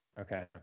Okay